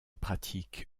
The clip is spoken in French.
pratique